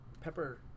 Pepper